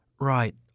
Right